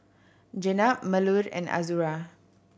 Jenab Melur and Azura